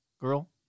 girl